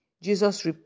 Jesus